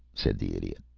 said the idiot.